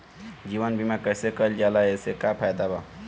जीवन बीमा कैसे कईल जाला एसे का फायदा बा?